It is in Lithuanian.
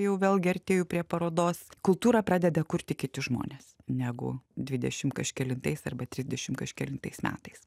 jau vėlgi artėju prie parodos kultūrą pradeda kurti kiti žmonės negu dvidešim kažkelintais arba trisdešim kažkelintais metais